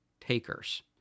takers